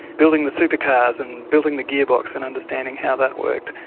building the super-cars and building the gearbox and understanding how that worked.